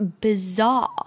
bizarre